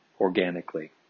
organically